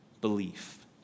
belief